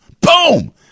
boom